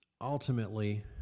Ultimately